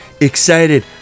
excited